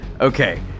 Okay